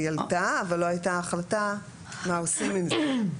היא עלתה אבל לא הייתה החלטה מה עושים עם זה.